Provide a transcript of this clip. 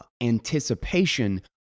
anticipation